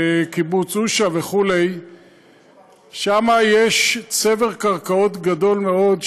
קיבוץ אושה וכו' שם יש צבר קרקעות גדול מאוד,